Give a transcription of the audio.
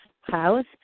house